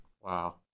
Wow